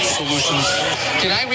solutions